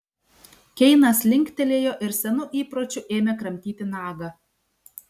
keinas linktelėjo ir senu įpročiu ėmė kramtyti nagą